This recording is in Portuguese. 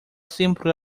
sempre